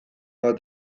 bat